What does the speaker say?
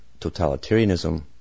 totalitarianism